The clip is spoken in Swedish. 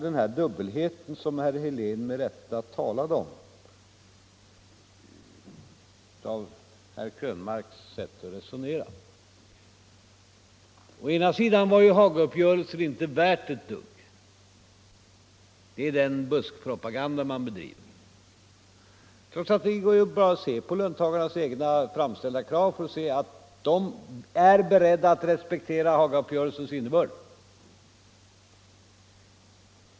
Den här dubbelheten som herr Helén med rätta talade om framgår kanske av herr Krönmarks sätt att resonera. Hagauppgörelsen var inte värd ett dugg. Det är den buskpropaganda man bedriver, trots att det går bra att se på de krav som löntagarna själva framställt för att finna — Nr 134 att de är beredda att respektera Hagauppgörelsens innebörd.